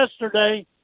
yesterday